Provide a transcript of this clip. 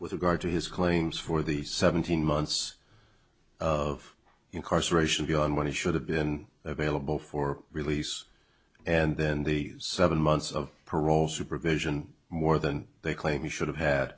with regard to his claims for the seventeen months of incarceration beyond what he should have been available for release and then the seven months of parole supervision more than they claim he should have had